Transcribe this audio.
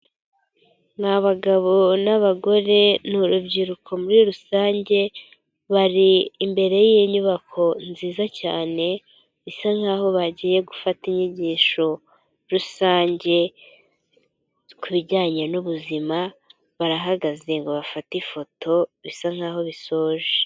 Ni bagabo n'abagore n'urubyiruko muri rusange bari imbere y'inyubako nziza cyane bisa nkaho bagiye gufata inyigisho rusange kubijyanye n'ubuzima, barahagaze ngo bafate ifoto bisa nkaho bisoje.